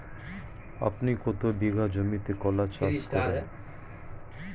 আপনি কত বিঘা জমিতে কলা চাষ করেন?